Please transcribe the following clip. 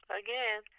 again